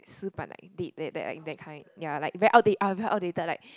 死板 dead that that in that kind ya like very outdate very outdated like